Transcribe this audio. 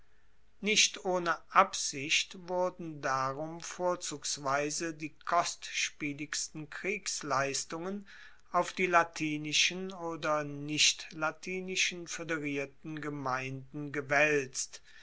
nicht ohne absicht wurden darum vorzugsweise die kostspieligsten kriegsleistungen auf die latinischen oder nichtlatinischen foederierten gemeinden gewaelzt